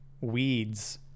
weeds